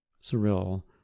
Cyril